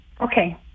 Okay